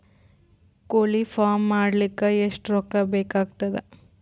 ಕೋಳಿ ಫಾರ್ಮ್ ಮಾಡಲಿಕ್ಕ ಎಷ್ಟು ರೊಕ್ಕಾ ಬೇಕಾಗತದ?